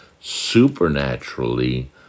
supernaturally